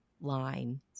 line